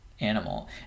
Animal